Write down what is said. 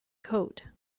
coat